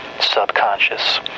subconscious